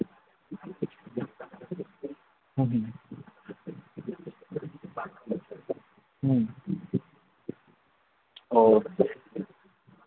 ꯎꯝꯍꯨꯝ ꯎꯝ ꯑꯣ